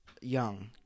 young